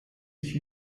ich